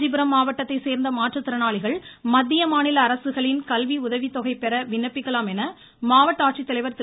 காஞ்சிபுரம் மாவட்டத்தைச் சேர்ந்த மாற்றத்திறனாளிகள் மத்திய மாநில அரசுகளின் கல்வி உதவித்தொகை பெற விண்ணப்பிக்கலாம் என மாவட்ட ஆட்சித்தலைவர் திரு